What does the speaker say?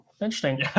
interesting